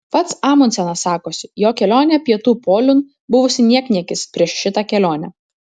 pats amundsenas sakosi jo kelionė pietų poliun buvusi niekniekis prieš šitą kelionę